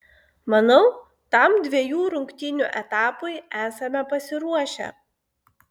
manau tam dviejų rungtynių etapui esame pasiruošę